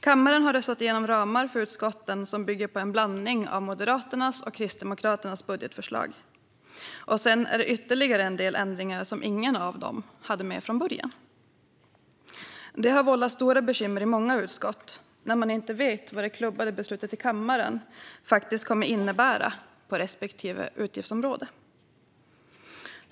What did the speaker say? Kammaren har röstat igenom ramar för utskotten som bygger på en blandning av Moderaternas och Kristdemokraternas budgetförslag, och sedan är det ytterligare en del ändringar som ingen av dem hade med från början. Det har vållat stora bekymmer i många utskott när man inte vet vad det i kammaren klubbade beslutet faktiskt kommer att innebära på respektive utgiftsområde.